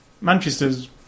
Manchester's